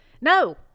no